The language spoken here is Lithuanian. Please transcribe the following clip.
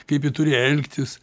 kaip ji turi elgtis